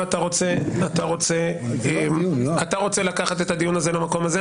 אתה רוצה לקחת את הדיון הזה למקום הזה?